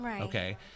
okay